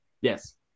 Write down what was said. Yes